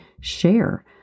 share